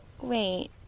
Wait